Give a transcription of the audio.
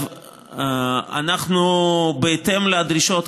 בהתאם לדרישות,